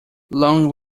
long